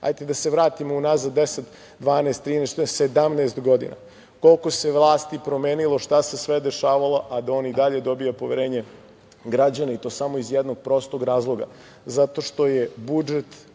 da se vratimo u nazad deset, 12, 14 godina, to je 17 godina, koliko se vlasti promenilo, šta se sve dešavalo, a da on i dalje dobija poverenje građana, a to samo iz jednog prostog razloga, zato što je budžet